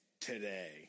today